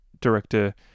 director